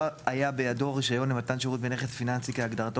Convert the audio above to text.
היה בידו רישיון למתן שירות בנכס פיננסי כהגדרתו